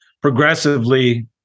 progressively